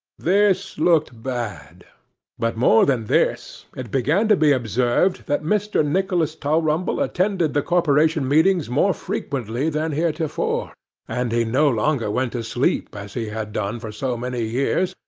this looked bad but, more than this, it began to be observed that mr. nicholas tulrumble attended the corporation meetings more frequently than heretofore and he no longer went to sleep as he had done for so many years,